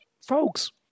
Folks